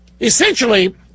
essentially